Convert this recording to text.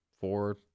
four